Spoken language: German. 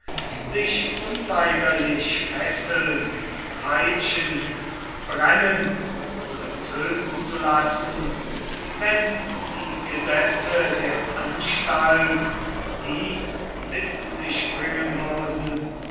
sich unweigerlich fesseln peitschen brennen oder töten zu lassen wenn die gesetze der anstalt dies mit sich bringen würden